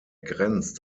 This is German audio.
grenzt